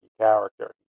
character